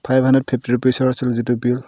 five hundred fifty ৰুপিজৰ আছিল যিটো বিল